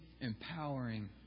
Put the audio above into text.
empowering